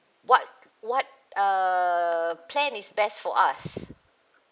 what what err plan is best for us